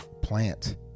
plant